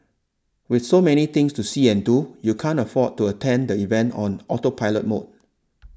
with so many things to see and do you can't afford to attend the event on autopilot mode